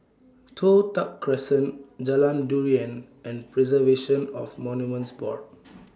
Toh Tuck Crescent Jalan Durian and Preservation of Monuments Board